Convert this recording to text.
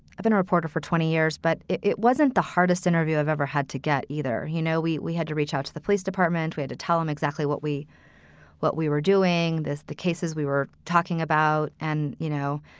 i've been a reporter for twenty years, but it wasn't the hardest interview i've ever had to get either. you know, we we had to reach out to the police department way to tell them exactly what we what we were doing, this the cases we were talking about. and, you know,